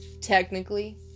Technically